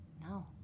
No